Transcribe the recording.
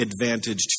advantaged